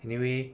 anyway